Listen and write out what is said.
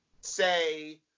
say